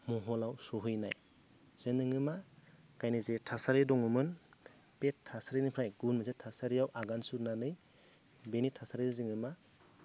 महलाव सहैनाय जे नोङो मा गावनि जि थासारि दङमोन बे थासारिनिफ्राय गुबुन मोनसे थासारियाव आगान सुरनानै बेनि थासारियाव जोङो मा